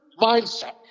mindset